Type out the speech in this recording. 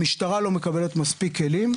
המשטרה לא מקבלת מספיק כלים,